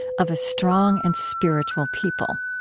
of a strong and spiritual people.